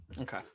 Okay